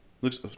looks